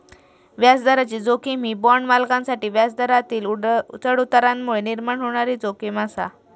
व्याजदराची जोखीम ही बाँड मालकांसाठी व्याजदरातील चढउतारांमुळे निर्माण होणारी जोखीम आसा